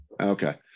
Okay